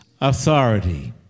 authority